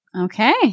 Okay